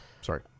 sorry